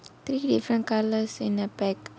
three different colours in the pack